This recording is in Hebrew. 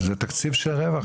זה תקציב של רווח,